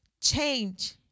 change